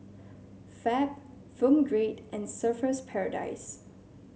Fab Film Grade and Surfer's Paradise